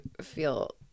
feel